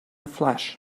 flash